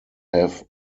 have